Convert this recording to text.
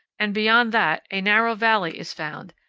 and beyond that a narrow valley is found,